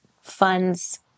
funds